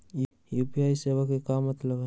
UPI सेवा के का मतलब है?